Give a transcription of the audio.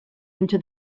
into